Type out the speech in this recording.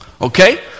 Okay